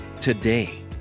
today